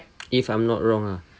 if I'm not wrong ah